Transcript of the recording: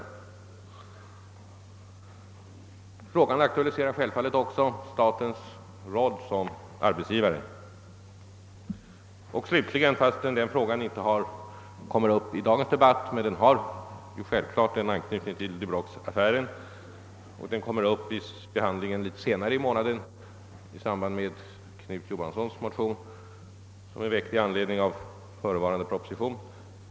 Frågan aktualiserar självfallet också statens roll som arbetsgivare. Slutligen kan diskussionen gälla — fastän det inte blir aktuellt i dagens debatt — statens politik på byggnadsmaterialområdet. Den frågan har självfallet anknytning till Duroxaffären och kommer upp till riksdagens behandling vid ett senare tillfälle denna månad i samband med herr Knut Johanssons motion, väckt med anledning av förevarande proposition.